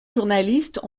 journalistes